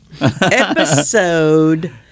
Episode